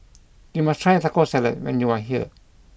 you must try Taco Salad when you are here